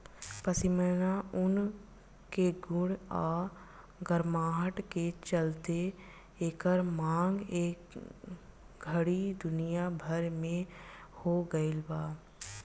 पश्मीना ऊन के गुण आ गरमाहट के चलते एकर मांग ए घड़ी दुनिया भर में हो गइल बा